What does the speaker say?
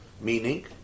meaning